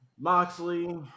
Moxley